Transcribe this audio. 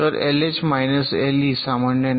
तर LH minus LE सामान्य नाही